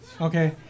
Okay